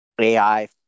AI